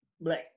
Black